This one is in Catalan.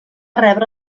rebre